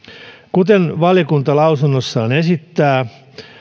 kuten valiokunta lausunnossaan esittää